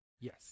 Yes